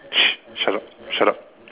shh shut up shut up